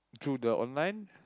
through the online